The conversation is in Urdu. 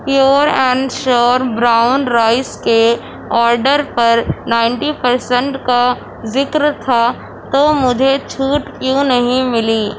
pure and sure brown rice کے آڈر پر نائنٹی پرسینٹ کا ذکر تھا تو مجھے چھوٹ کیوں نہیں ملی